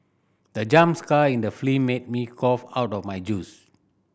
the jump scare in the film made me cough out of my juice